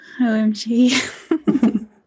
omg